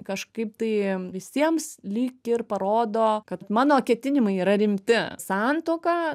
kažkaip tai visiems lyg ir parodo kad mano ketinimai yra rimti santuoka